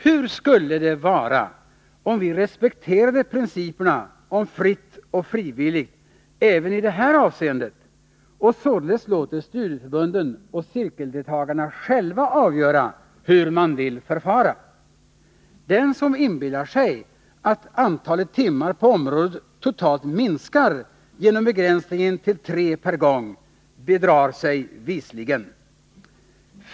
Hur skulle det vara om vi respekterade principerna om fritt och frivilligt även i det här avseendet och således lät studieförbunden och cirkeldeltagarna själva avgöra hur man vill förfara? Den som inbillar sig att antalet timmar på området totalt minskar genom begränsningen till tre per gång bedrar sig bevisligen.